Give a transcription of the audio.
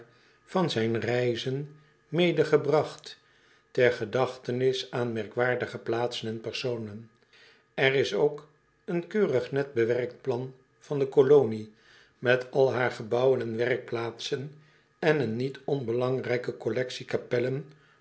van zijn reizen medegebragt ter gedachtenis aan merkwaardige plaatsen en personen er is ook een keurig net bewerkt plan van de colonie met al haar gebouwen en werkplaatsen en een niet onbelangrijke collectie kapellen